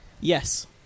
Yes